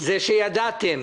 שידעתם